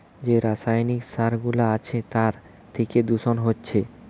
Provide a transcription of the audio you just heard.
যে রাসায়নিক সার গুলা আছে তার থিকে দূষণ হচ্ছে